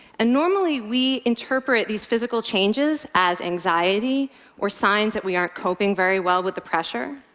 and normally, we interpret these physical changes as anxiety or signs that we aren't coping very well with the pressure.